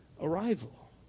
arrival